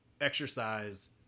exercise